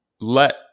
let